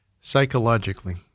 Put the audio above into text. Psychologically